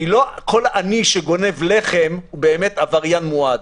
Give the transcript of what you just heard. כי לא כל עני שגונב לחם הוא עבריין מועד.